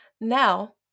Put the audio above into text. Now